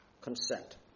consent